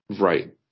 Right